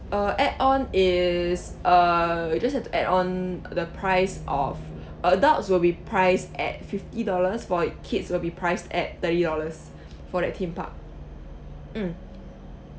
uh add on is uh you just have to add on the price of adults will be priced at fifty dollars for kids will be priced at thirty dollars for that theme park mm